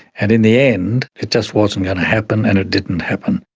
and in the end it just wasn't going to happen and it didn't happen.